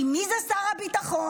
כי מי זה שר הביטחון?